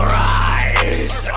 rise